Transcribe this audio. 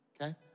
Okay